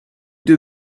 deux